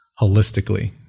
holistically